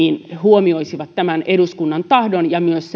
he huomioisivat tämän eduskunnan tahdon ja myös